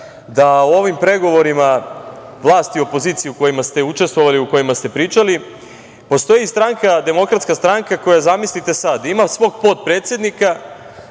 da u ovim pregovorima vlasti i opozicije u kojima ste učestvovali i u kojima ste pričali postoji Demokratska stranka koja, zamislite sad, ima svog potpredsednika